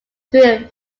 through